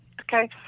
Okay